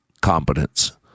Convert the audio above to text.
competence